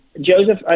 Joseph